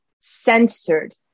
censored